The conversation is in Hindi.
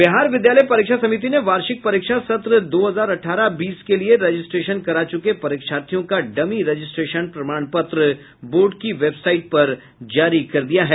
बिहार विद्यालय परीक्षा समिति ने वार्षिक परीक्षा सत्र दो हजार अठारह बीस के लिये रजिस्ट्रेशन करा चुके परीक्षार्थियों का डमी रजिस्ट्रेशन प्रमाण पत्र बोर्ड की वेबसाइट पर जारी कर दिया है